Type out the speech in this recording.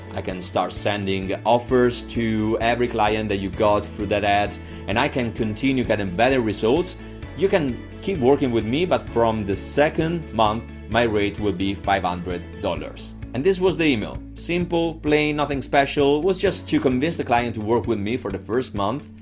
i can start sending offers to every client that you got through that ad and i can continue getting and better results you can keep working with me but from the second month my rate will be five hundred dollars. and this was the email, simple, plain, nothing special. was just to convince the client to work with me for the first month.